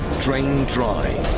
drained dry,